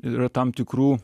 yra tam tikrų